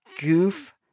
goof